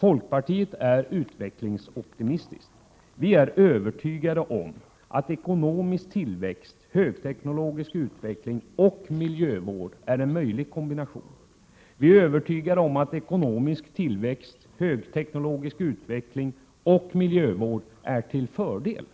Folkpartiet är utvecklingsoptimistiskt. Vi är övertygade om att ekonomisk tillväxt, högteknologisk utveckling och miljövård är en möjlig kombination. Vi är övertygade om att ekonomisk tillväxt, högteknologisk utveckling och miljövård är till fördel,